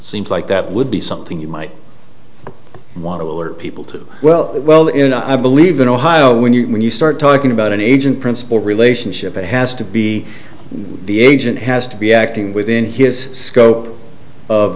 seems like that would be something you might want to alert people to well well in i believe in ohio when you when you start talking about an agent principal relationship it has to be the agent has to be acting within his scope of